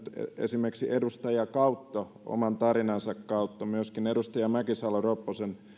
esimerkiksi edustaja kautto oman tarinansa kautta myöskin edustaja mäkisalo ropposella oli